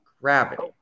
gravity